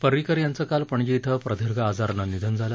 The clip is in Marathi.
परिकर यांचं काल पणजी इथं प्रदीर्घ आजारानं निधन झालं